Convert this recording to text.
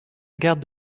garde